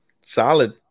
solid